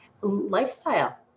lifestyle